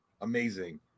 amazing